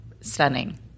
Stunning